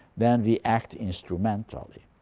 then we act instrumentally.